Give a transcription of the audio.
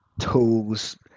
tools